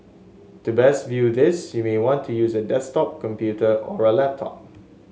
to best view this you may want to use a desktop computer or a laptop